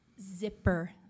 zipper